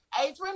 Adrian